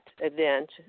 event